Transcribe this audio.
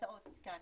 הנמצאות כאן.